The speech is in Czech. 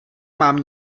mám